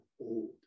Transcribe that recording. old